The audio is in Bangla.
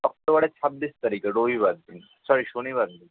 অক্টোবরের ছাব্বিশ তারিখে রবিবার দিন সরি শনিবার দিন